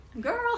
girl